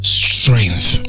strength